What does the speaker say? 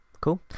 cool